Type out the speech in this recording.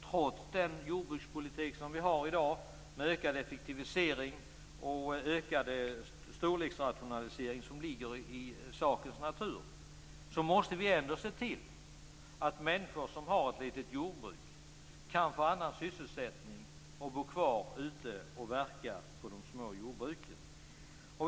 Trots dagens jordbrukspolitik med ökad effektivisering och ökade storleksrationaliseringar måste man ändå se till att människor som har ett litet jordbruk kan få annan sysselsättning för att kunna bo kvar och verka på de små jordbruken.